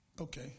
Okay